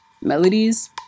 melodies